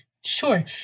Sure